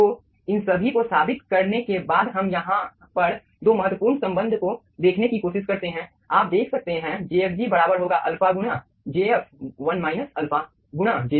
तो इन सभी को साबित करने के बाद हम यहाँ पर 2 महत्वपूर्ण संबंध को देखने की कोशिश करते हैं आप देख सकते हैं jfg बराबर होगा अल्फा गुणा jf 1 α गुणा jg